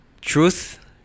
Truth